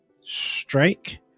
Strike